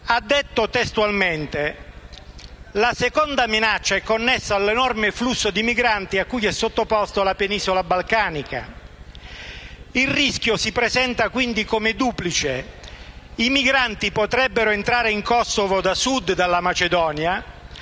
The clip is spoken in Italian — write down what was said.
ha detto testualmente: «La seconda minaccia è connessa all'enorme flusso di migranti a cui è sottoposta la penisola balcanica. (...) Il rischio si presenta quindi come duplice: i migranti potrebbero entrare da sud (dalla Macedonia),